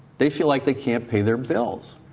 they feel like they cannot pay their bills.